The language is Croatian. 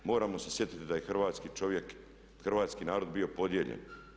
Moramo se sjetiti da je hrvatski čovjek, hrvatski narod bio podijeljen.